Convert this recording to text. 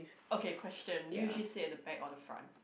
okay question do you usually sit at the back or the front